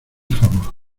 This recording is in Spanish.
favor